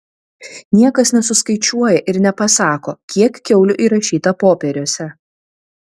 niekas nesuskaičiuoja ir nepasako kiek kiaulių įrašyta popieriuose